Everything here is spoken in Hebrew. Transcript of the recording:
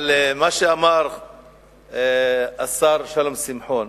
אבל מה שאמר השר שלום שמחון,